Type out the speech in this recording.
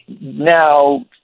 now